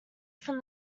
from